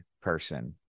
person